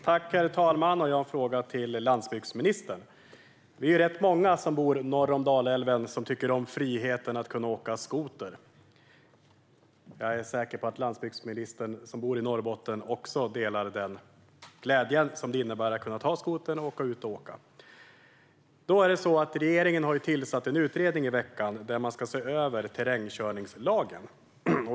Herr talman! Jag har en fråga till landsbygdsministern. Vi är rätt många som bor norr om Dalälven som tycker om friheten att kunna åka skoter. Jag är säker på att landsbygdsministern, som bor i Norrbotten, också delar den glädje som det innebär att kunna ta skotern och åka ut och åka. Regeringen har i veckan tillsatt en utredning där man ska se över terrängkörningslagen.